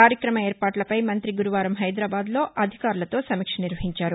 కార్యక్రమ ఏర్పాట్లపై మంతి గురువారం హైదరాబాద్లో అధికారులతో సమీక్ష నిర్వహించారు